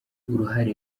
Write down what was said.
uruhare